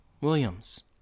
Williams